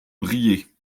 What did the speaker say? briller